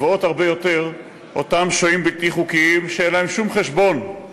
ויש עוד הרבה יותר שוהים בלתי חוקיים שאין שום חשבון על